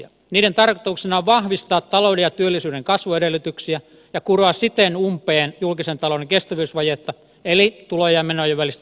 niiden tarkoituksena on vahvistaa talouden ja työllisyyden kasvuedellytyksiä ja kuroa siten umpeen julkisen talouden kestävyysvajetta eli tulojen ja menojen välistä epätasapainoa